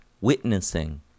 witnessing